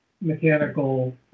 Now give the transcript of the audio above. mechanical